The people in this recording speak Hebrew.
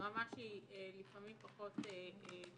רמה שהיא, לפעמים, פחות מהנדרשת.